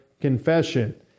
confession